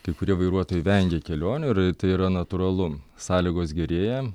kai kurie vairuotojai vengia kelionių ir tai yra natūralu sąlygos gerėja